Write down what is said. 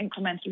incrementally